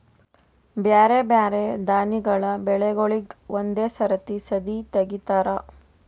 ಬ್ಯಾರೆ ಬ್ಯಾರೆ ದಾನಿಗಳ ಬೆಳಿಗೂಳಿಗ್ ಒಂದೇ ಸರತಿ ಸದೀ ತೆಗಿತಾರ